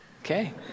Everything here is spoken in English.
Okay